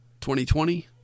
2020